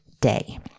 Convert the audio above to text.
day